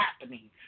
happening